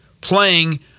playing